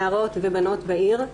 נערות ובנות בעיר.